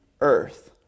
earth